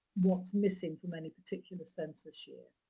what's missing from any particular census year,